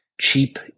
cheap